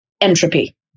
entropy